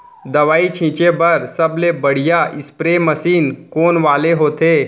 दवई छिंचे बर सबले बढ़िया स्प्रे मशीन कोन वाले होथे?